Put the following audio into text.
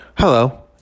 Hello